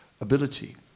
ability